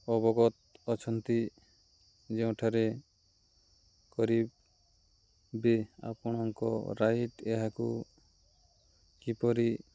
ଅବଗତ ଅଛନ୍ତି ଯେଉଁଠାରେ କରିିବ ଆପଣଙ୍କ ରାଇଟ୍ ଏହାକୁ କିପରି